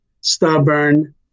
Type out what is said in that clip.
stubborn